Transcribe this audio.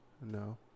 No